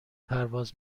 پرواز